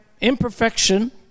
imperfection